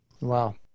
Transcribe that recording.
Wow